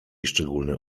szczególny